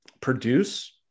Produce